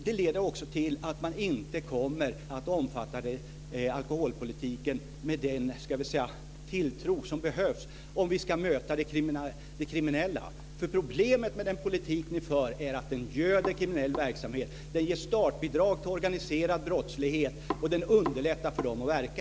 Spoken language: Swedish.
Det leder också till att man inte kommer att omfatta alkoholpolitiken med den tilltro som behövs om vi ska möta det kriminella. Problemet med den politik ni för är att den göder kriminell verksamhet, ger startbidrag till organiserad brottslighet och underlättar för den att verka.